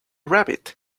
rabbit